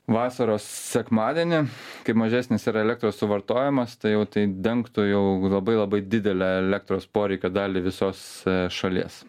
vasaros sekmadienį kaip mažesnis yra elektros suvartojimas tai jau tai dengtų jau labai labai didelę elektros poreikio dalį visos šalies